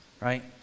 right